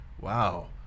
wow